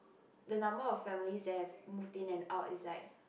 the number of families there move in and out is like